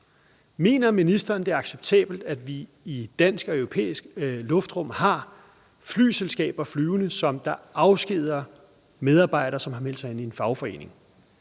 Mener ministeren, det er acceptabelt, at vi i dansk og europæisk luftrum har fly fra flyselskaber, der afskediger medarbejdere, som har meldt sig ind i en fagforening?